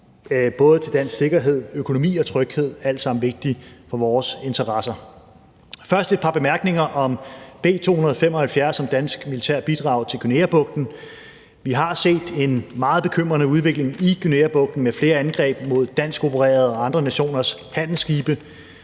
både til dansk sikkerhed, økonomi og tryghed. Det er alt sammen vigtigt for vores interesser. Først har jeg et par bemærkninger til B 295 om det danske militærbidrag til Guineabugten. Vi har set en meget bekymrende udvikling i Guineabugten med flere angreb mod danskopererede handelsskibe og andre nationers handelsskibe.